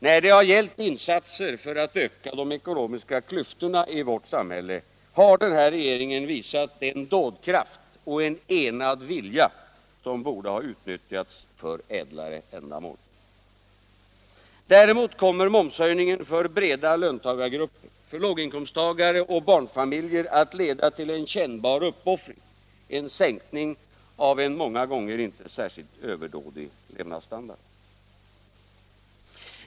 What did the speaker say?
När det gällt insatser för att öka de ekonomiska klyftorna i vårt samhälle har den här regeringen visat en dådkraft och en enad vilja, som borde ha utnyttjats för ädlare ändamål. Däremot kommer momshöjningen för breda löntagargrupper, för låginkomsttagare och barnfamiljer att leda till en kännbar uppoffring, en sänkning av en många gånger inte särskilt överdådig levnadsstandard.